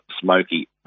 Smoky